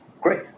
Great